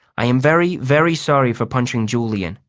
i am very, very sorry for punching julian.